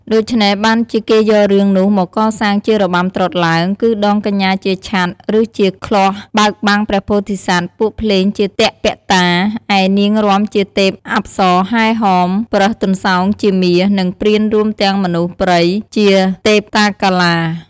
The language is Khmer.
ដូច្នេះ បានជាគេយករឿងនោះមកកសាងជារបាំត្រុដិឡើង គឺដងកញ្ញាជាឆ័ត្រ ឬជាក្លស់ បើកបាំងព្រះពោធិសត្វ ពួកភ្លេងជាទពតា ឯនាងរាំជាទេពអប្សរហែហម ប្រើសទន្សោងជាមារ និងព្រានរួមទាំងមនុស្សព្រៃជាទេពតាកាឡា។